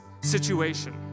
situation